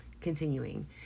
continuing